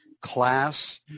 class